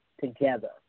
together